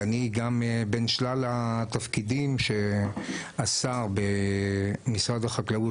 ואני גם בין שלל התפקידים שהשר במשרד החקלאות,